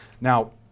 Now